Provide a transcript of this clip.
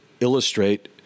illustrate